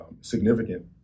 significant